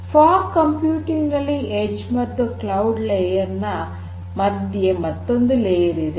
fog computing ನಲ್ಲಿ edge ಮತ್ತು cloud layer ನ ಮಧ್ಯೆ ಮತ್ತೊಂದು ಲೇಯರ್ ಇದೆ